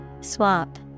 Swap